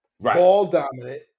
ball-dominant